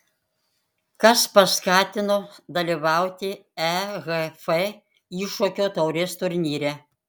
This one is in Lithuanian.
kas paskatino dalyvauti ehf iššūkio taurės turnyre